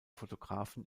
fotografen